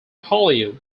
hollywood